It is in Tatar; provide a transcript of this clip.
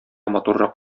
матуррак